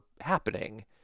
happening